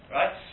right